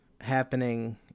happening